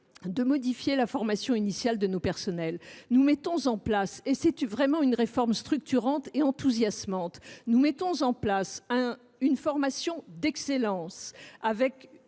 de modifier la formation initiale de nos personnels. Nous mettons en place – c’est véritablement une réforme structurante et enthousiasmante – une formation d’excellence.